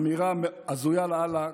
אמירה הזויה לאללה,